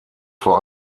vor